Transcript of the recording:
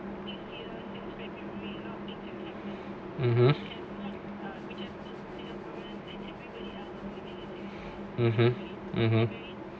(uh huh)